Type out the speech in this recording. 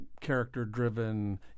character-driven